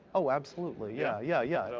oh, absolutely. yeah yeah, yeah, yeah.